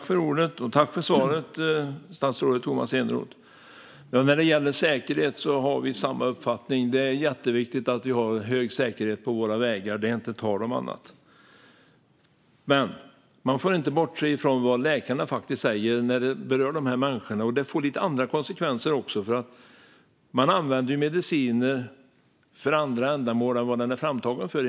Fru talman! Tack för svaret, statsrådet Tomas Eneroth! När det gäller säkerhet har vi samma uppfattning. Det är jätteviktigt att vi har en hög säkerhet på våra vägar - det är inte tal om annat. Men man får inte bortse från vad läkarna faktiskt säger om dessa människor. Detta får också lite andra konsekvenser. Mediciner används emellanåt för andra ändamål än vad de är framtagna för.